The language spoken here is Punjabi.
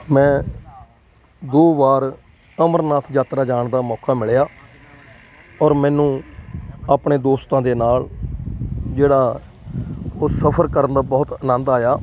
ਮੈਂ ਦੋ ਵਾਰ ਅਮਰਨਾਥ ਯਾਤਰਾ ਜਾਣ ਦਾ ਮੌਕਾ ਮਿਲਿਆ ਔਰ ਮੈਨੂੰ ਆਪਣੇ ਦੋਸਤਾਂ ਦੇ ਨਾਲ ਜਿਹੜਾ ਉਹ ਸਫ਼ਰ ਕਰਨ ਦਾ ਬਹੁਤ ਆਨੰਦ ਆਇਆ